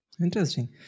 Interesting